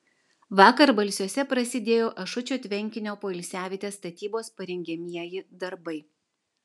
vakar balsiuose prasidėjo ašučio tvenkinio poilsiavietės statybos parengiamieji darbai